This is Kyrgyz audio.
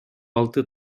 алты